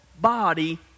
body